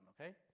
okay